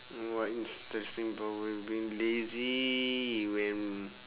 what interesting being lazy when